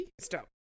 stop